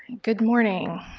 good morning.